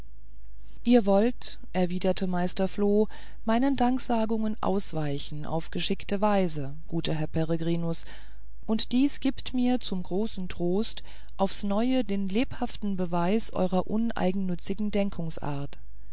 ihr wollt erwiderte meister floh meinen danksagungen ausweichen auf geschickte weise guter herr peregrinus und dies gibt mir zu großem trost aufs neue den lebhaften beweis eurer uneigennützigen denkungsart